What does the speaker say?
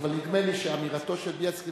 אבל נדמה לי שאמירתו של בילסקי,